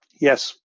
Yes